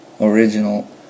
original